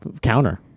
Counter